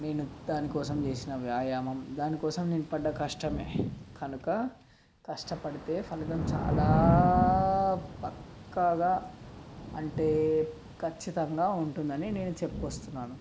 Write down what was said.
నేను దానికోసం చేసిన వ్యాయామం దానికోసం నేను పడ్డ కష్టమే కనుక కష్టపడితే ఫలితం చాలా పక్కాగా అంటే ఖచ్చితంగా ఉంటుందని నేను చెప్పుకొస్తున్నాను